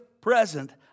present